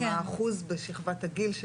כולל כל צוותי החינוך.